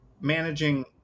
managing